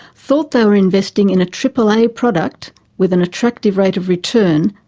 thought they were investing in a triple-a product with an attractive rate of return,